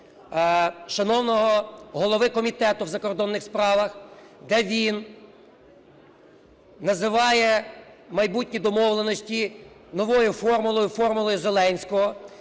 шановного голови Комітету у закордонних справах, де він називає майбутні домовленості новою формулою, "формулою